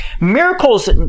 Miracles